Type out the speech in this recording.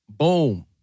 Boom